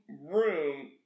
room